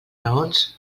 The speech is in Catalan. raons